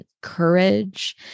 courage